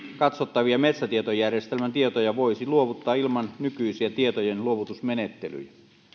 katsottavia metsätietojärjestelmän tietoja voisi luovuttaa ilman nykyisiä tietojenluovutusmenettelyjä